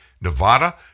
Nevada